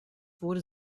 wurde